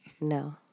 No